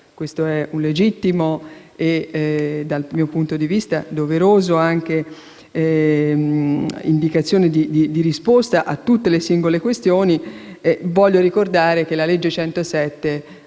dunque una legittima e, dal mio punto di vista, anche doverosa indicazione di risposta a tutte le singole questioni. Voglio ricordare che la legge n.